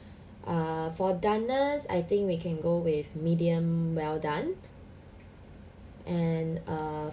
err for doneness I think we can go with medium well done and err